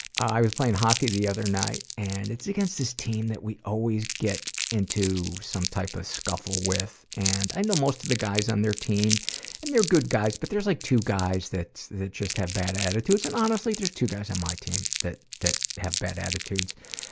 i was playing hockey the other night, and it's against this team that we always get into some type of scuffle with. and i know most of the guys on their team and they're good guys, but there's, like, two guys that that just have bad attitudes. and two honestly, there's two guys on my team that that have bad attitudes.